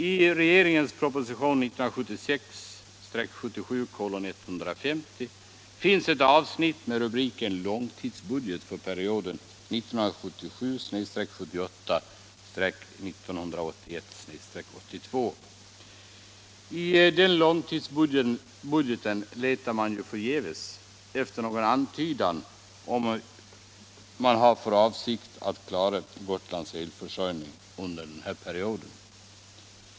I regeringens proposition 1976 78-1981/82. I denna långtidsbudget letar jag förgäves efter någon antydan om att man har för avsikt att klara Gotlands elförsörjning under denna period.